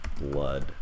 blood